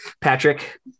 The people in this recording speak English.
Patrick